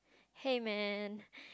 hey man